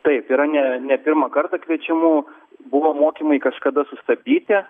taip yra ne ne pirmą kartą kviečiamų buvo mokymai kažkada sustabdyti